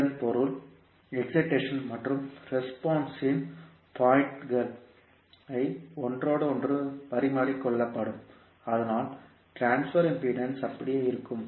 இதன் பொருள் எக்ஸிடேஷன் மற்றும் ரெஸ்பான்ஸ் இன் பாயிண்ட்கள் ஐ ஒன்றோடொன்று பரிமாறிக்கொள்ளப்படும் ஆனால் ட்ரான்ஸ்பர் இம்பிடேன்ஸ் அப்படியே இருக்கும்